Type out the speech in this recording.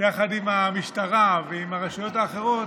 המשטרה ועם הרשויות האחרות,